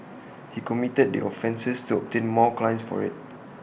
he committed the offences to obtain more clients for IT